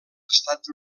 estats